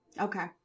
Okay